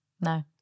No